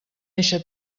eixa